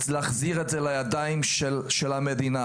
אז להחזיר את זה לידיים של המדינה.